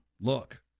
look